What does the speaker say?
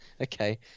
Okay